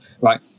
right